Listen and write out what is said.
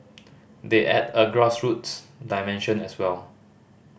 they add a grassroots dimension as well